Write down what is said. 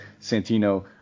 Santino